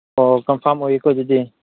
ꯑꯣ ꯀꯟꯐꯥꯝ ꯑꯣꯏꯔꯦꯀꯣ ꯑꯗꯨꯗꯤ